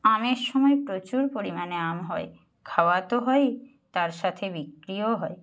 আমের সময় প্রচুর পরিমাণে আম হয় খাওয়া তো হয়ই তার সাথে বিক্রিও হয়